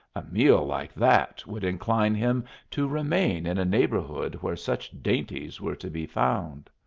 a meal like that would incline him to remain in a neighbourhood where such dainties were to be found.